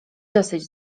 dosyć